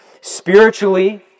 Spiritually